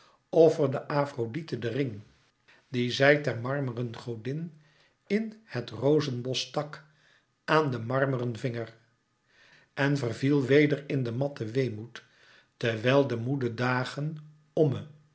offerde afrodite den ring dien zij der marmeren godin in het rozenbosch stak aan den marmeren vinger en verviel weder in den matten weemoed terwijl de moede dagen omme